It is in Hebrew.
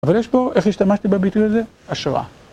אבל יש פה, איך השתמשתי בביטוי הזה? השוואה.